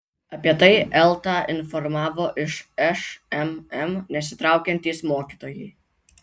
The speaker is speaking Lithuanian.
apie tai eltą informavo iš šmm nesitraukiantys mokytojai